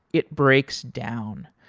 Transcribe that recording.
it breaks down.